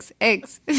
eggs